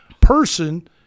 person